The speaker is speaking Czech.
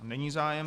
Není zájem.